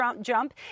jump